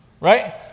right